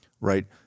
right